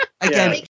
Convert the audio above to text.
Again